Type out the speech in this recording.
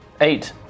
Eight